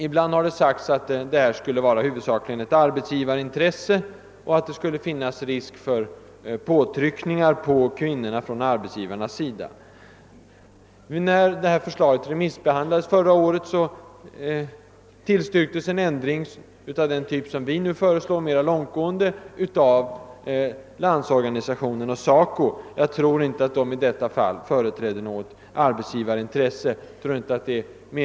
Ibland har det sagts att detta huvudsakligen skulle vara ett arbetsgivarintresse, och att det skulle finnas risk för påtryckningar på kvinnorna från arbetsgivarnas sida. När förslaget remissbehandlades förra året, tillstyrktes en ändring av den typ vi nu föreslår av LO och SACO. Jag tror inte att dessa organisationer därvid företrädde något arbetsgivarintresse.